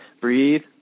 breathe